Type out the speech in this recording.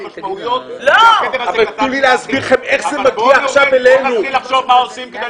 משמעויות אבל בוא נתחיל לחשוב מה עושים.